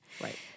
Right